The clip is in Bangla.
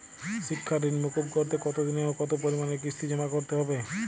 শিক্ষার ঋণ মুকুব করতে কতোদিনে ও কতো পরিমাণে কিস্তি জমা করতে হবে?